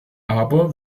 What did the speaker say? aber